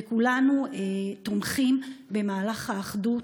וכולנו תומכים במהלך האחדות.